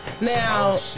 Now